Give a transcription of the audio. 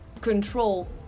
control